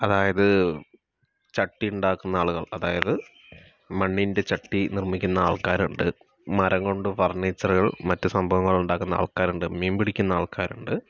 അതായത് ചട്ടി ഇണ്ടാക്കുന്ന ആളുകൾ അതായത് മണ്ണിൻറെ ചട്ടി നിർമിക്കുന്ന ആൾക്കാരുണ്ട് മരം കൊണ്ട് ഫർണിച്ചറുകൾ മറ്റ് സംഭവങ്ങൾ ഉണ്ടാക്കുന്ന ആൾക്കാരുണ്ട് മീൻ പിടിക്കുന്ന ആൾക്കാരുണ്ട്